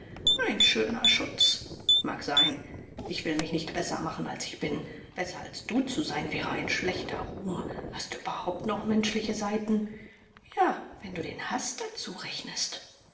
ein schöner schutz mag sein ich will mich nicht besser machen als ich bin besser als du zu sein wäre ein schlechter ruhm hast du überhaupt noch menschliche seiten ja wenn du den haß dazurechnest